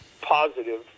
positive